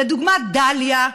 לדוגמה, דליה.